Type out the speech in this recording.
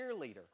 cheerleader